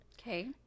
Okay